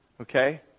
Okay